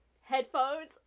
headphones